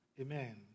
Amen